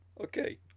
Okay